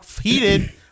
heated